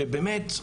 שבאמת,